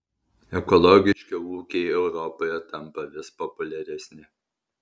ekologiški ūkiai europoje tampa vis populiaresni